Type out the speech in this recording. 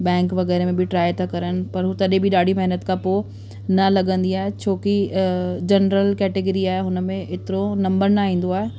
bank वग़ैरह में बि ट्राए था करनि पर हो तॾहिं बि ॾाढी महिनत खां पोइ न लॻंदी आहे छो की जनरल कैटेगरी आहे हुन में एतिरो नंबर न ईंदो आहे